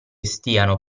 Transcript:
stiano